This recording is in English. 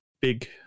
big